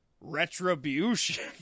Retribution